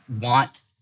want